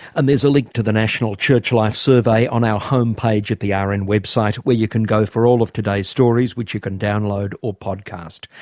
and there's a link to the national church life survey on our homepage at the rn and website where you can go for all of today's stories, which you can download or podcast.